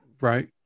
Right